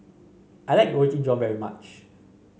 I like Roti John very much